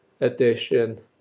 edition